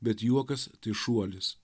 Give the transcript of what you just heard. bet juokas tai šuolis